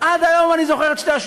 גם בזירה הבין-לאומית,